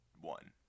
one